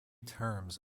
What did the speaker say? terms